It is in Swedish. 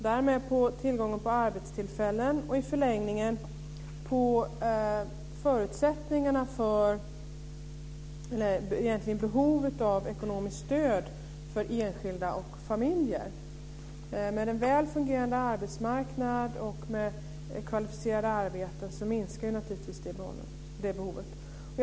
Därmed påverkar de också tillgången på arbetstillfällen och i förlängningen behovet av ekonomiskt stöd för enskilda och familjer. Med en väl fungerade arbetsmarknad och kvalificerade arbeten minskar naturligtvis det behovet.